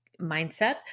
mindset